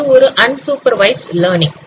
அது ஒரு unsupervised learning